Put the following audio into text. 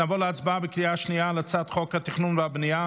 אנחנו עוברים להצבעה בקריאה שנייה על הצעת חוק התכנון והבנייה